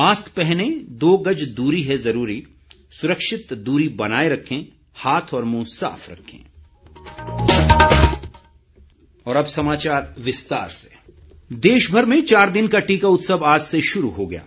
mask पहनें दो गज दूरी है जरूरी सुरक्षित दूरी बनाये रखें हाथ और मुंह साफ रखें टीका उत्सव देशभर में चार दिन का टीका उत्सव आज से शुरू हो गया है